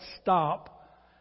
stop